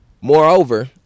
Moreover